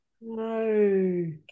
No